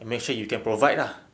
and make sure you can provide ah